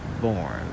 born